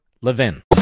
LEVIN